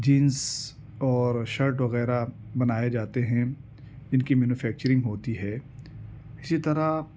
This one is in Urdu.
جنس اور شرٹ وغیرہ بنائے جاتے ہیں ان کی مینوفیکچرنگ ہوتی ہے اسی طرح